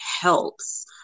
helps